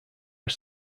are